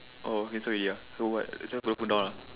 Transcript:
oh can stop already ah so what just put the phone down ah